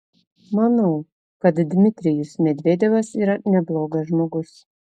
manau kad dmitrijus medvedevas yra neblogas žmogus